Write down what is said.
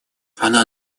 она